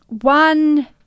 One